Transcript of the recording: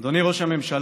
אדוני ראש הממשלה,